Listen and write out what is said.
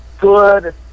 good